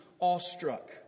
awestruck